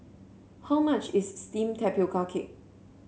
how much is steamed Tapioca Cake